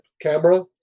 camera